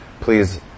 Please